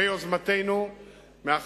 ביוזמתנו,